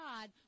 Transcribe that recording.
God